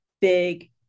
Big